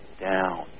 down